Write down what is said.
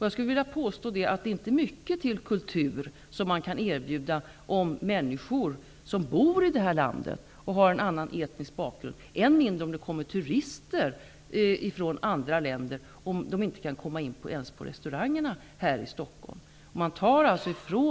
Jag skulle vilja påstå att det är inte mycket till kultur som kan erbjudas om människor som bor i landet men har en annan etnisk bakgrund -- än mindre om det kommer turister från andra länder -- inte kan komma in på restaurangerna i Stockholm.